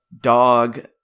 Dog